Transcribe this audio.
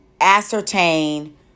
ascertain